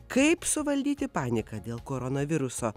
kaip suvaldyti paniką dėl koronaviruso